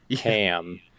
ham